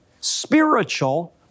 spiritual